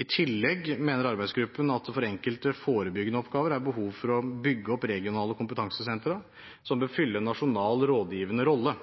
I tillegg mener arbeidsgruppen at det for enkelte forebyggende oppgaver er behov for å bygge opp regionale kompetansesentre som bør fylle en nasjonal rådgivende rolle.